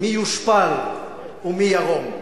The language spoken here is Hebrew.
מי יישפל ומי ירום.